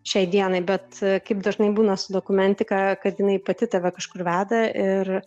šiai dienai bet kaip dažnai būna su dokumentika kad jinai pati tave kažkur veda ir